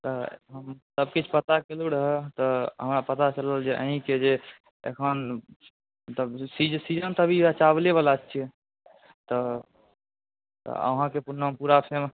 तऽ हमसब किछु पता केलौँ रहै तऽ हमरा पता चलल जे अहीँके जे एखन मतलब सीजन तऽ अभी अइ चावलेवला छिए तऽ तऽ अहाँके नाम पूरा फेमस